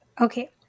Okay